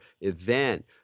event